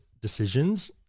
decisions